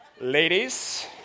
Ladies